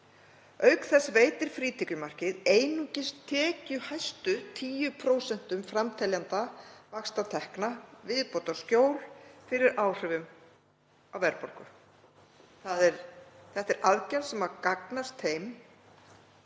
Auk þess veitir frítekjumarkið einungis tekjuhæstu 10% framteljenda vaxtatekna viðbótarskjól fyrir áhrifum verðbólgu.“ — Þ.e. þetta er aðgerð sem gagnast þeim